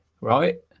right